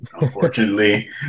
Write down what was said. Unfortunately